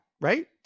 right